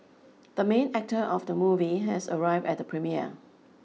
the main actor of the movie has arrived at the premiere